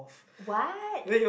what